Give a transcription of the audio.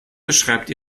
beschreibt